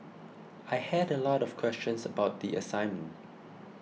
I had a lot of questions about the assignment